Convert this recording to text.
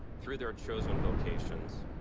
through their chosen vocations,